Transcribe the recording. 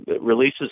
releases